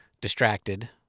distracted